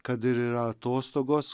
kad ir yra atostogos